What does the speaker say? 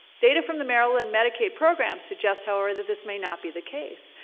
data from the maryland medicaid program suggests, however, that this may not be the case,